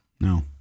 No